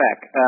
back